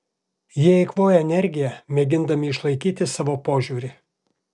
jie eikvoja energiją mėgindami išlaikyti savo požiūrį